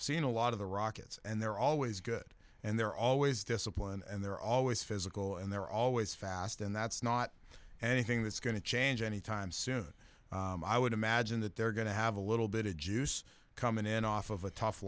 seen a lot of the rockets and they're always good and they're always disciplined and they're always physical and they're always fast and that's not anything that's going to change any time soon i would imagine that they're going to have a little bit of juice coming in off of a tough